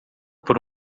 por